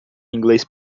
inglês